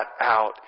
out